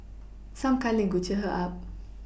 some cuddling could cheer her up